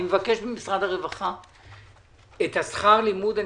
אני מבקש ממשרד הרווחה להוריד את שכר הלימוד.